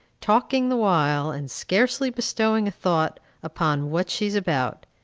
talking the while, and scarcely bestowing a thought upon what she is about.